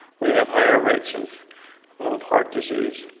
we have higher rates of of heart disease.